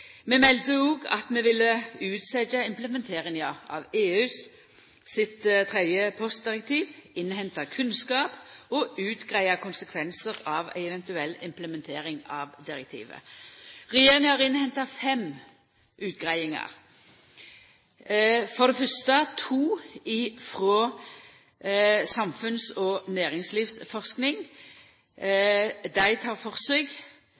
melde òg at vi ville utsetja implementeringa av EU sitt tredje postdirektiv, innhenta kunnskap og utgreia konsekvensar av ei eventuell implementering av direktivet. Regjeringa har innhenta fem utgreiingar. Det er for det fyrste to utgreiingar frå Samfunns- og næringslivsforskning som tek for seg